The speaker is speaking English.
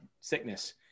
sickness